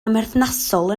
amherthnasol